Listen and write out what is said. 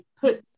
put